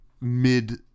mid-